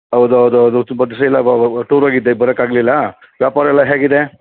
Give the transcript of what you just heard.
ಹೌದು ಹೌದು ಹೌದು ತುಂಬ ದಿವಸ ಇಲ್ಲ ಟೂರ್ ಹೋಗಿದ್ದೆ ಬರೋಕ್ಕಾಗ್ಲಿಲ್ಲ ವ್ಯಾಪಾರ ಎಲ್ಲ ಹೇಗಿದೆ